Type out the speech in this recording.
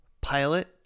pilot